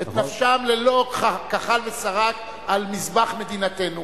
את נפשם ללא כחל ושרק על מזבח מדינתנו,